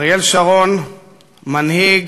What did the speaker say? אריאל שרון, מנהיג,